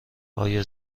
آیا